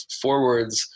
forwards